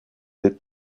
des